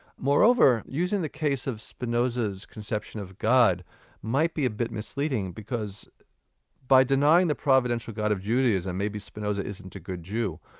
moreover, using the case of spinoza's conception of god might be a bit misleading, because by denying the providential god of judaism, maybe spinoza isn't a good jew,